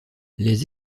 les